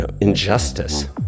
injustice